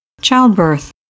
childbirth